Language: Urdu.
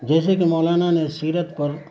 جیسے کہ مولانا نے سیرت پر